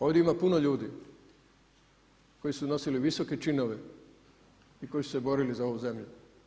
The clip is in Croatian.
Ovdje ima puno ljudi koji su nosili visoke činove i koji su se borili za ovu zemlju.